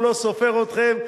הוא לא סופר אתכם,